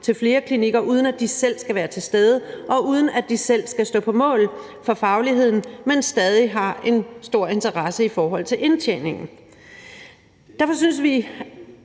til flere klinikker, uden at de selv skal være til stede, og uden at de selv skal stå på mål for fagligheden, men hvor de stadig har en stor interesse i forhold til indtjeningen. Derfor er vi